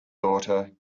daughter